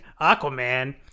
Aquaman